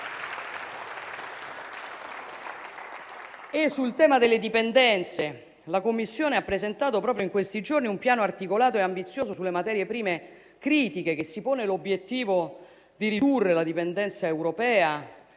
Sul tema delle dipendenze la Commissione ha presentato proprio in questi giorni un piano articolato e ambizioso sulle materie prime critiche, che si pone l'obiettivo di ridurre la dipendenza europea,